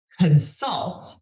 Consult